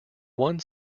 one